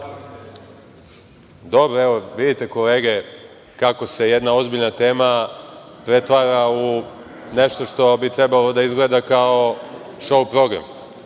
meseci.)Evo, vidite, kolege, kako se jedna ozbiljna tema pretvara u nešto što bi trebalo da izgleda kao šou program.